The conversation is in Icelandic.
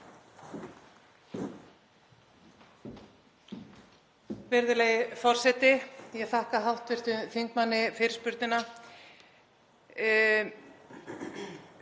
Virðulegi forseti. Ég þakka hv. þingmanni fyrirspurnina.